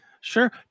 Sure